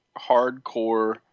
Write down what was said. hardcore